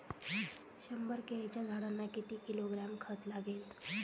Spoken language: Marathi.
शंभर केळीच्या झाडांना किती किलोग्रॅम खत लागेल?